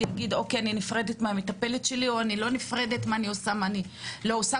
ידע אם הוא נפרד או לא נפרד מהמטפלת וידאגו מה הם יעשו,